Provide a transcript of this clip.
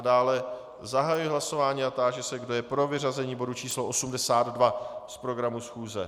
Dále zahajuji hlasování a táži se, kdo je pro vyřazení bodu číslo 82 z programu schůze.